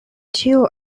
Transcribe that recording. ĉiu